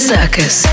Circus